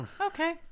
Okay